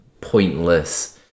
pointless